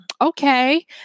okay